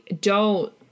don't-